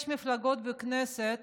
יש מפלגות בכנסת